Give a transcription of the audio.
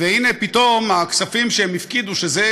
והנה, פתאום הכספים שהם הפקידו, שזה